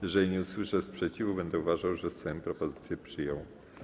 Jeżeli nie usłyszę sprzeciwu, będę uważał, że Sejm propozycję przyjął.